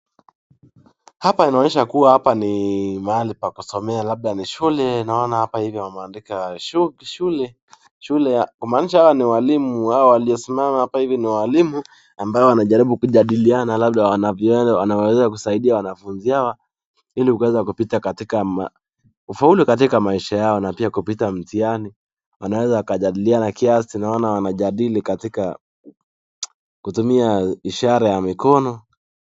Hapa inaonyesha ya kua hapa ni mahali pa kusomea labda ni shule, naona hapa hivi wameandika shule kumaanisha hawa ni walimu hawa waliosimama hapa hivi ni walimu ambao wanajaribu kujadiliana labda wanavyoeza kusaisaidia wanafunzi wao ili kuweza kupita katika kufaulu katika maisha yao na pia kupita mtihani, wanaweza kujadiliana kiasi, naona wanajadili katika kutumia ishara ya mikono.